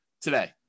today